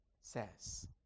says